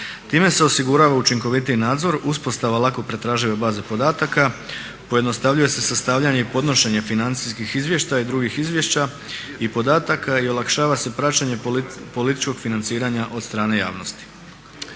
Time se osigurava učinkovitiji nadzor, uspostava lako pretražive baze podataka, pojednostavljuje se sastavljanje i podnošenje financijskih izvještaja i drugih izvješća i podataka i olakšava se praćenje političkog financiranja od strane javnosti.